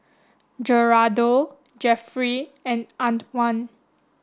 Gerardo Jeffry and Antwan